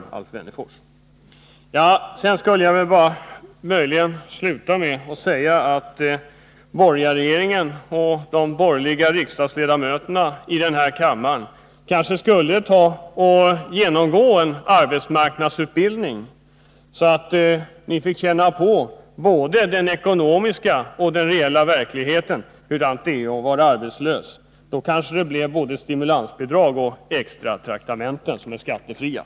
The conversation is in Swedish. Jag skulle vilja sluta med att säga att borgarregeringen och de borgerliga riksdagsledamöterna i denna kammare kanske borde genomgå en arbetsmarknadsutbildning, så att de fick känna på både den ekonomiska och den reella verkligheten och erfara hur det är att vara arbetslös. Då kanske det blev både stimulansbidrag och extra utbildningsbidrag.